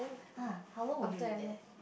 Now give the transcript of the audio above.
[huh] how long will he be there